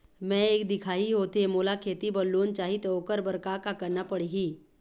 मैं एक दिखाही होथे मोला खेती बर लोन चाही त ओकर बर का का करना पड़ही?